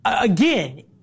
Again